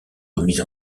remise